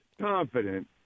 confident